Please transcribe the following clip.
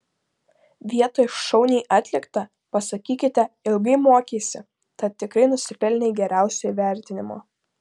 vietoj šauniai atlikta pasakykite ilgai mokeisi tad tikrai nusipelnei geriausio įvertinimo